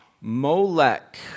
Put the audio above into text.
Molech